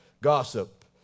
gossip